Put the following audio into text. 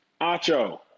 acho